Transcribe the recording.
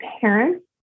Parents